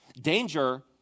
danger